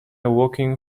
walking